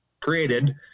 created